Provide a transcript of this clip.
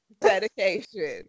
dedication